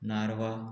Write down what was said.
नारवा